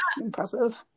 impressive